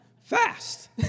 fast